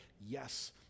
yes